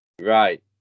Right